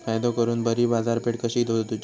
फायदो करून बरी बाजारपेठ कशी सोदुची?